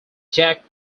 jack